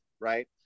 Right